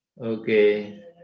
okay